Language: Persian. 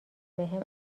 بهم